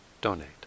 donate